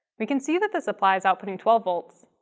we can see that the supply is outputting twelve v,